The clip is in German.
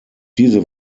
diese